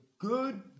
Good